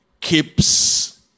keeps